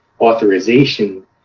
authorization